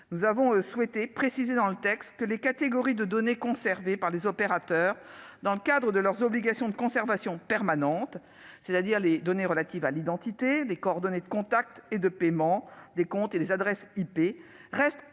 Nous souhaitions inscrire dans la loi que les catégories de données conservées par les opérateurs dans le cadre de leur obligation de conservation permanente, c'est-à-dire les données relatives à l'identité, les coordonnées de contact et de paiement, les comptes et les adresses IP, devaient